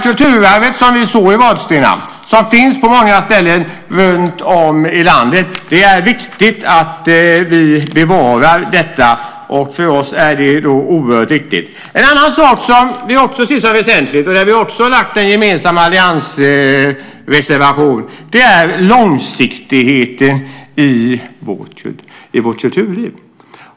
Kulturarvet som vi såg i Vadstena och som finns på många ställen runtom i landet är det viktigt att vi bevarar. För oss är det oerhört viktigt. En annan sak som vi också tycker är väsentlig och där vi också har lagt fram en gemensam alliansreservation är långsiktigheten i vårt kulturliv.